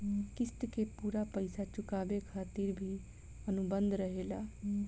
क़िस्त के पूरा पइसा चुकावे खातिर भी अनुबंध रहेला